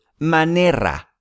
Manera